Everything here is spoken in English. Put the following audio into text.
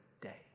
day